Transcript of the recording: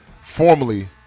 Formerly